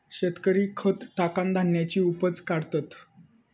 शेतकरी खत टाकान धान्याची उपज काढतत